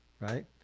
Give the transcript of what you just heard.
right